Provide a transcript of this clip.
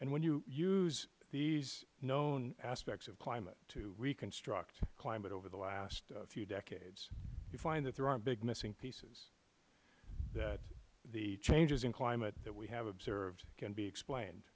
and when you use these known aspects of climate to reconstruct climate over the last few decades you find that there aren't big missing pieces that the changes in climate that we have observed can be explained